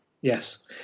Yes